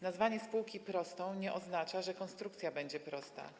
Nazwanie spółki prostą nie oznacza, że konstrukcja będzie prosta.